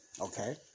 Okay